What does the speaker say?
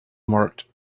marked